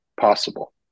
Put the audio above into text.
possible